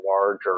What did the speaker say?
larger